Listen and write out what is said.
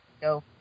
go